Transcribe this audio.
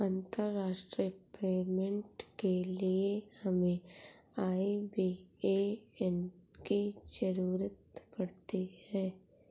अंतर्राष्ट्रीय पेमेंट के लिए हमें आई.बी.ए.एन की ज़रूरत पड़ती है